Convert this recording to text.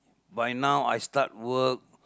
by now I start work